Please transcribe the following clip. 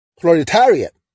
proletariat